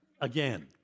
Again